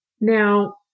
Now